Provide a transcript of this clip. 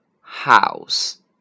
House